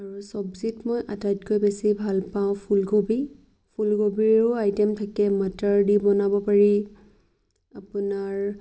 আৰু চব্জিত মই আটাইতকৈ বেছি ভাল পাওঁ ফুলকবি ফুলকবিৰো আইটেম থাকে মটৰ দি বনাব পাৰি আপোনাৰ